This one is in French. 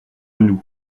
nous